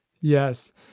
Yes